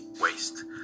waste